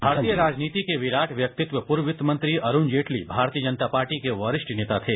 मारतीय राजनीति के विराट व्यक्तित्व पूर्व वित्त मंत्री अरुण जेटली भारतीय जनता पार्टी के वरिष्ठ नेता थे